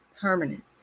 permanent